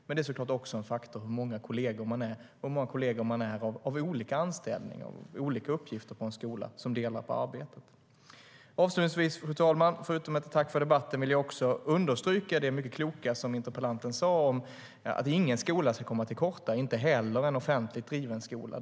Men det är såklart en faktor hur många kolleger det finns i olika anställningsformer och med olika uppgifter i en skola som delar på arbetet. Fru talman! Förutom att jag vill tacka för debatten vill jag också understryka det mycket kloka som interpellanten sade om att ingen skola ska komma till korta, inte heller en offentligt driven skola.